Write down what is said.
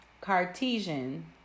Cartesian